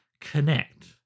connect